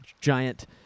giant